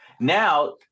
Now